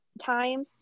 time